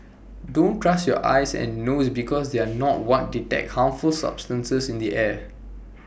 don't trust your eyes and nose because they are not what detect harmful substances in the air